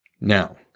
Now